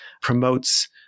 promotes